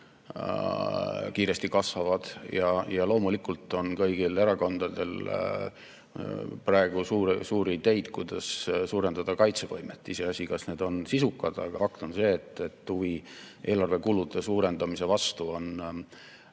kiiresti kasvavad. Ja loomulikult on kõigil erakondadel praegu suuri ideid, kuidas suurendada kaitsevõimet – iseasi, kas need on sisukad. Aga fakt on see, et huvi eelarve kulude suurendamise vastu on